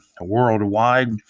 worldwide